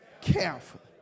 carefully